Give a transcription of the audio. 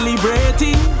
Celebrating